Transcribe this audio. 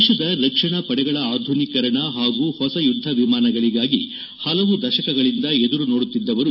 ದೇಶದ ರಕ್ಷಣಾ ಪಡೆಗಳ ಆಧುನೀಕರಣ ಹಾಗೂ ಹೊಸ ಯುದ್ಲ ವಿಮಾನಗಳಿಗಾಗಿ ಹಲವು ದಶಕಗಳಿಂದ ಎದುರು ನೋಡುತ್ತಿದ್ದವರು